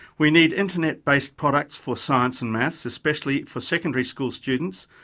we need internet based products for science and maths, especially for secondary school students,